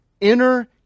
Inner